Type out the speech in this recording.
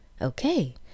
Okay